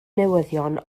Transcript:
newyddion